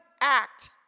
act